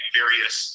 various